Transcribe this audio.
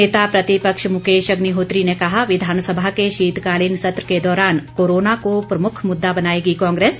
नेता प्रतिपक्ष मुकेश अग्निहोत्री ने कहा विधानसभा के शीतकालीन सत्र के दौरान कोरोना को प्रमुख मुद्दा बनाएगी कांग्रेस